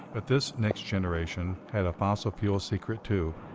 but this next generation had a fossil fuel secret, too.